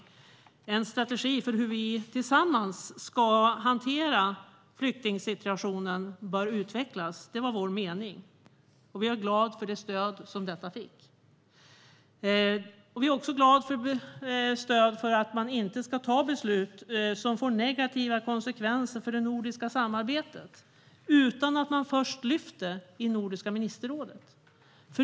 Det var en strategi för hur vi tillsammans ska hantera utvecklingen av flyktingsituationen. Det var vår mening, och jag är glad över det stöd som vi fick. Vi är också glada över stödet för att man inte ska fatta beslut som får negativa konsekvenser för det nordiska samarbetet utan att beslutet först lyfts i Nordiska ministerrådet.